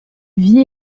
vit